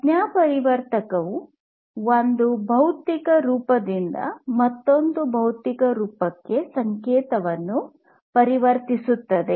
ಸಂಜ್ಞಾಪರಿವರ್ತಕವು ಒಂದು ಭೌತಿಕ ರೂಪದಿಂದ ಮತ್ತೊಂದು ಭೌತಿಕ ರೂಪಕ್ಕೆ ಸಂಕೇತವನ್ನು ಪರಿವರ್ತಿಸುತ್ತದೆ